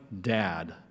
dad